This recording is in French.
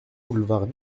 boulevard